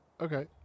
okay